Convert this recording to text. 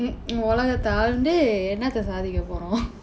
mm உலகத்தை ஆழ்ந்து என்னத்தை சாதிக்க போறோம்:ulakathai aazhndthu ennathai saathikka pooroom